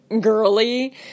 girly